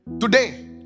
Today